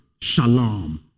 Shalom